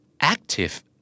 active